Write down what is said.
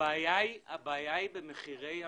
הבעיה היא במחירי המכירה.